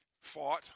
fought